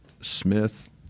Smith